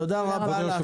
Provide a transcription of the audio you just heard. תודה רבה לך.